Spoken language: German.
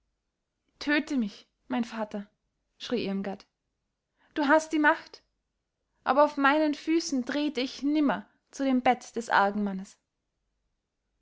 töte mich mein vater schrie irmgard du hast die macht aber auf meinen füßen trete ich nimmer zu dem bett des